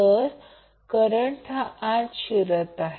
जर करंट हा आत शिरत आहे